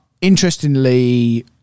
interestingly